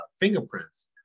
fingerprints